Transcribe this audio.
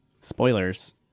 spoilers